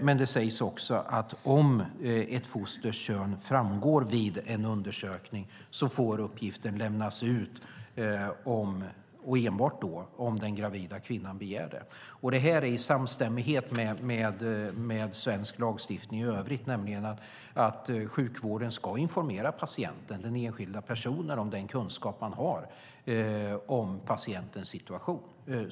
Men det sägs också att om ett fosters kön framgår vid en undersökning får uppgiften lämnas ut enbart om den gravida kvinnan begär det. Detta är i samstämmighet med svensk lagstiftning i övrigt, nämligen att sjukvården ska informera patienten, den enskilda personen, om den kunskap som man har om patientens situation.